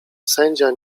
sędzia